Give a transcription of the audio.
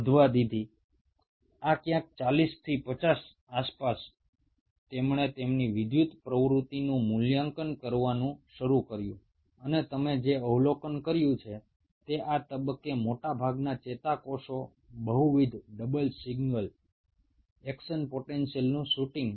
প্রায় 40 থেকে 50 তম দিনের কাছাকাছি সময়ে আমরা এদের ইলেকট্রিক্যাল অ্যাক্টিভিটি পরিমাপ করতে শুরু করব এবং তোমরা দেখবে যে এই পর্যায়ে নিউরনগুলো একাধিক ডাবল বা সিঙ্গেল অ্যাকশন পটেনশিয়াল উৎপন্ন করছে